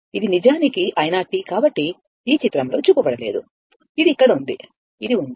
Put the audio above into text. ఇది నిజానికి i 0 కాబట్టి ఈ చిత్రంలో చూపబడలేదు ఇది ఇక్కడ ఉంది ఇది ఉంది